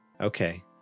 Okay